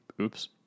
Oops